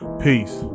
peace